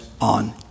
on